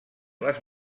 les